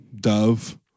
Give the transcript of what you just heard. Dove